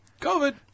COVID